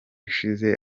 ishize